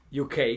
UK